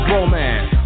Romance